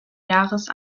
jahres